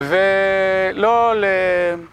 ולא ל..